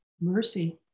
Mercy